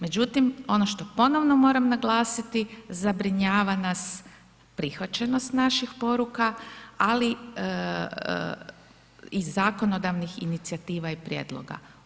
Međutim ono što ponovno moram naglasiti, zabrinjava nas prihvaćenost naših poruka ali iz zakonodavnih inicijativa i prijedloga.